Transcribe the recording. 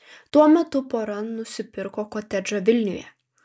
tuo metu pora nusipirko kotedžą vilniuje